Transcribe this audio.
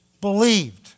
believed